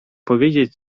powiedzieć